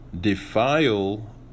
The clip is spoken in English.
defile